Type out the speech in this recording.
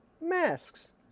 masks